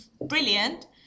brilliant